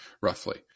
roughly